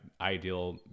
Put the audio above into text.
ideal